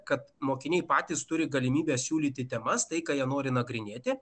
kad mokiniai patys turi galimybę siūlyti temas tai ką jie nori nagrinėti